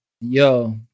yo